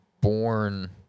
born